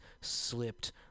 slipped